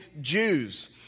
Jews